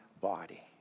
body